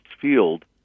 field